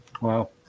Wow